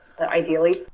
ideally